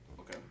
Okay